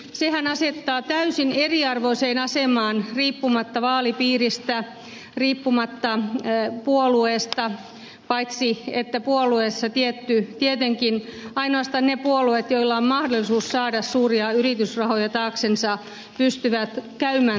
sehän asettaa täysin eriarvoiseen asemaan riippumatta vaalipiiristä riippumatta puolueesta paitsi että tietenkin ainoastaan ne puolueet joilla on mahdollisuus saada suuria yritysrahoja taaksensa pystyvät käymään tällaisia kampanjoita